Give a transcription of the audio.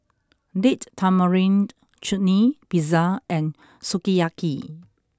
Date Tamarind Chutney Pizza and Sukiyaki